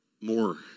more